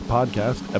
Podcast